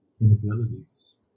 inabilities